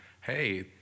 Hey